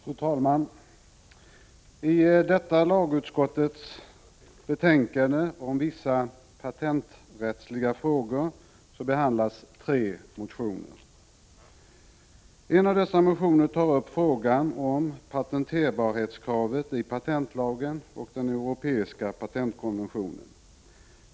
Fru talman! I detta lagutskottets betänkande om vissa patenträttsliga frågor behandlas tre motioner. En av dessa motioner tar upp frågan om patenterbarhetskravet i patentlagen och den europeiska patentkonventionen.